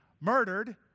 murdered